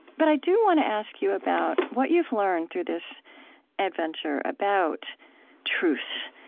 but i do want to ask you about what you've learned through this adventure about truth.